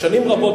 ששנים רבות,